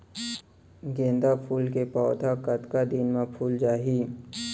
गेंदा फूल के पौधा कतका दिन मा फुल जाही?